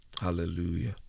Hallelujah